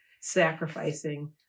sacrificing